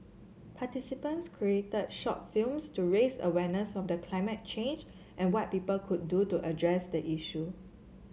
participants created short films to raise awareness of the climate change and what people could do to address the issue